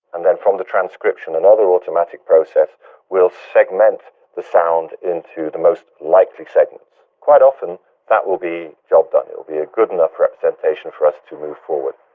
and then from the transcription another automatic process will segment the sound into the most likely segments. quite often that will be job done, it'll be a good enough representation for us to move forward.